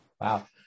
Wow